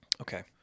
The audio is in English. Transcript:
Okay